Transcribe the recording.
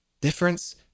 difference